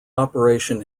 operation